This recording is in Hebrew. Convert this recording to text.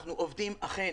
אנחנו עובדים אכן,